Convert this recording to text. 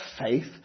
faith